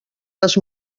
les